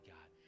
God